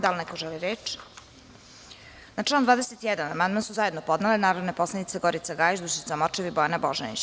Da li neko želi reč? (Ne) Na član 21. amandman su zajedno podnele narodne poslanice Gorica Gajić, Dušica Morčev i Bojana Božanić.